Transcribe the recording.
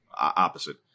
opposite